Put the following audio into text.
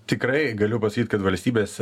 tikrai galiu pasakyt kad valstybės